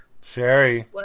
Sherry